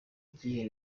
gihe